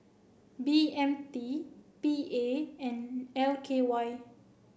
B M T P A and L K Y